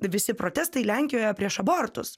visi protestai lenkijoje prieš abortus